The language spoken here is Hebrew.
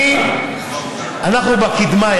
אנחנו בקדמה,